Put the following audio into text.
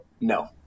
no